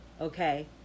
okay